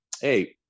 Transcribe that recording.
hey